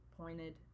pointed